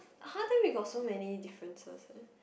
!huh! then we got so many differences eh